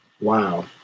Wow